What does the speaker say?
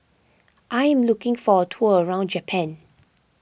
I am looking for a tour around Japan